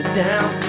down